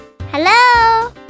Hello